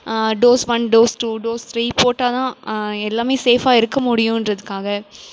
dose one dose two dose three போட்டால்தான் எல்லாமே சேஃப்பாக இருக்கமுடியுன்றதுக்காக